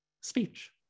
Speech